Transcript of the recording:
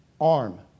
arm